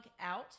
out